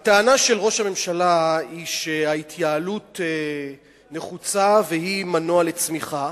הטענה של ראש הממשלה היא שההתייעלות נחוצה והיא מנוע לצמיחה.